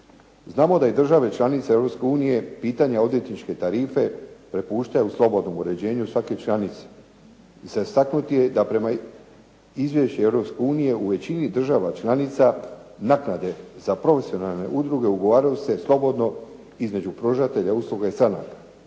Znamo da i države članice Europske unije pitanje odvjetničke tarife prepuštaju slobodnom uređenju svake članice. Za istaknuti je da prema izvješću Europske unije u većini država članica naknade za profesionalne udruge ugovaraju se slobodno između pružatelja usluga